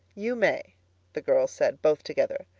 you, may the girls said both together.